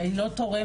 שהיא לא תורמת.